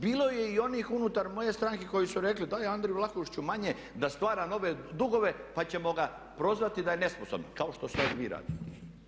Bilo je i onih unutar moje stranke koji su rekli, daj Andri Vlahušiću manje da stvara nove dugove pa ćemo ga prozvati da je nesposoban kao što sad vi radite.